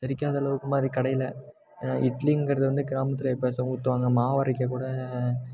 செரிக்காத அளவுக்கு மாதிரி கடையில் இட்லிங்கிறது வந்து கிராமத்தில் எப்போயாச்சும் தான் ஊற்றுவாங்க மாவு அரைக்கக்கூட